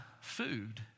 food